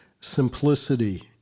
simplicity